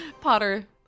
potter